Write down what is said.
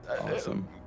awesome